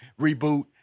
reboot